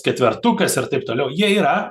ketvertukas ir taip toliau jie yra